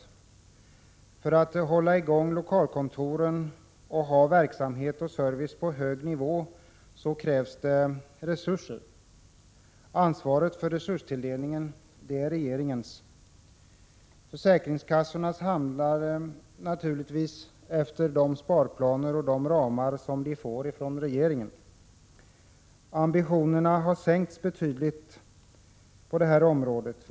För att man skall kunna hålla i gång lokalkontoren och ha verksamhet och service på hög nivå krävs det resurser. Ansvaret för resurstilldelningen ligger hos regeringen. Försäkringskassorna handlar naturligtvis efter de sparplaner och inom de ramar som de får från regeringen. Ambitionerna har sänkts betydligt på det här området.